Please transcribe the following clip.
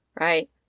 Right